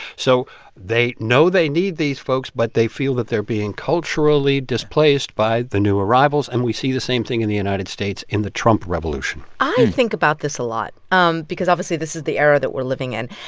so they know they need these folks, but they feel that they're being culturally displaced by the new arrivals. and we see the same thing in the united states in the trump revolution i think about this a lot um because obviously, this is the era that we're living in.